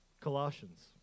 Colossians